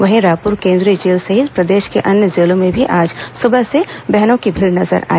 वहीं रायपुर केंद्रीय जेल सहित प्रदेश के अन्य जेलों में भी आज सुबह से ही बहनों की भीड़ नजर बांधी